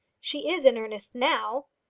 she is in earnest now.